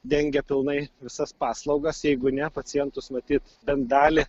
dengia pilnai visas paslaugas jeigu ne pacientus matyt bent dalį